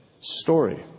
story